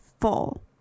full